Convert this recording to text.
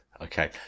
Okay